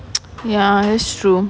ya that's true